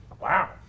Wow